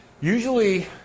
Usually